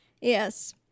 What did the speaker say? Yes